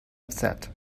upset